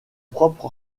propre